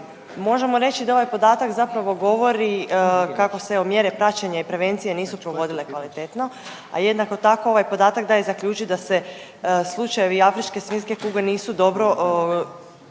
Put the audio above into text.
Možemo reći da ovaj podatak zapravo govori kako su evo mjere praćenja i prevencije nisu provodile kvalitetno, a jednako tako ovaj podatak daje zaključit da se slučajevi afričke svinjske kuge nisu dobro,